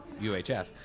UHF